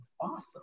awesome